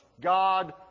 God